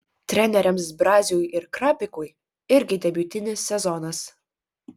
treneriams braziui ir krapikui irgi debiutinis sezonas